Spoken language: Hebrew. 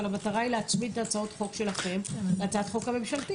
אבל המטרה היא להצמיד את הצעות החוק שלכן להצעת החוק הממשלתית.